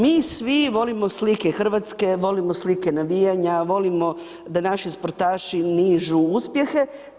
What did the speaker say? Mi svi volimo slike Hrvatske, volimo slike navijanja, volimo da naši sportaši nižu uspjehe.